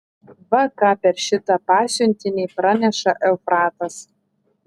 va ką per šitą pasiuntinį praneša eufratas